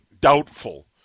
Doubtful